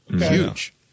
huge